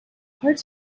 parts